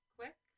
quick